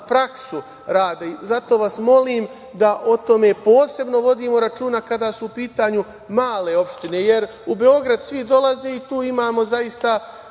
praksu rada. Zato vas molim da o tome posebno vodimo računa kada su u pitanju male opštine, jer u Beograd svi dolaze i tu imamo zaista